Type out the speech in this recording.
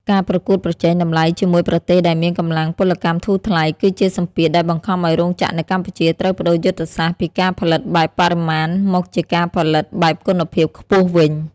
ការប្រកួតប្រជែងតម្លៃជាមួយប្រទេសដែលមានកម្លាំងពលកម្មធូរថ្លៃ គឺជាសម្ពាធដែលបង្ខំឱ្យរោងចក្រនៅកម្ពុជាត្រូវប្ដូរយុទ្ធសាស្ត្រពីការផលិតបែបបរិមាណ មកជាការផលិតបែបគុណភាពខ្ពស់វិញ។